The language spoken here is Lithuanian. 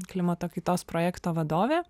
klimato kaitos projekto vadovė